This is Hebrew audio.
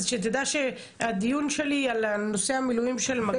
אז שתדע שהדיון שלי על נושא המילואים של מג"ב,